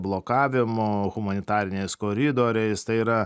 blokavimu humanitariniais koridoriais tai yra